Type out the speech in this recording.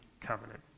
covenant